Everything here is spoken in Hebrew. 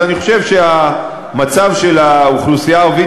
אז אני חושב שהמצב של האוכלוסייה הערבית